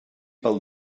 pel